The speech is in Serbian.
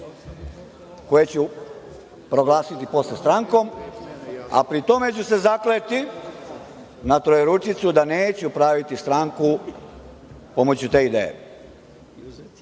koje ću proglasiti posle strankom, a pri tome ću se zakleti na Trojeručicu da neću praviti stranku pomoću te ideje. Obično